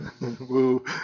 Woo